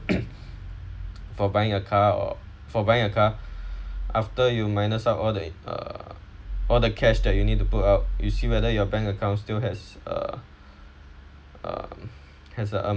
for buying a car or for buying a car after you minus up all the uh all the cash that you need to put up you see whether your bank account still has uh uh has a